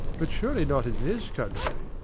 but surely not in this country?